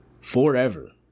forever